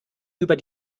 über